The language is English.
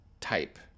type